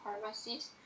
pharmacies